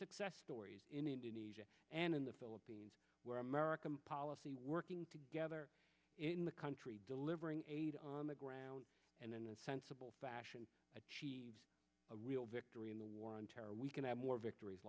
success stories in indonesia and in the philippines where american policy working together in the country delivering aid on the ground and in a sensible fashion achieves a real victory in the war on terror we can add more victories